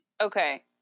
Okay